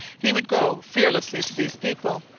he would go fearlessly to these people,